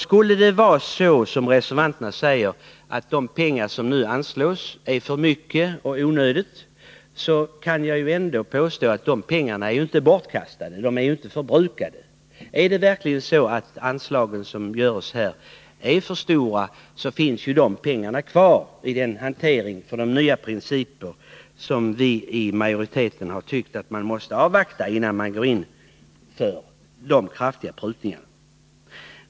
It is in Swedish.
Skulle det vara så — som reservanterna säger — att onödigt mycket pengar anslås, vill jag ändå framhålla att de pengarna inte är bortkastade. De är inte förbrukade. Om anslagen verkligen är för stora finns ju pengarna kvar. Utskottets majoritet har alltså ansett att man måste avvakta de nya riktlinjerna innan man går in för kraftiga prutningar.